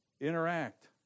interact